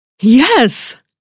Yes